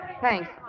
Thanks